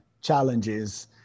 challenges